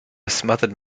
smothered